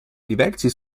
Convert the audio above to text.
diversi